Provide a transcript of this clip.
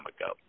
ago